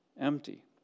empty